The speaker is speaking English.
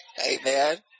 Amen